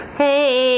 hey